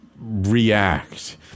react